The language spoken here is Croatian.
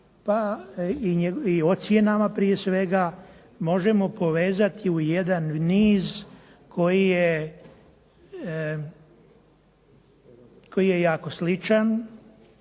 i ocjenama prije svega možemo povezati u jedan niz koji je jako sličan,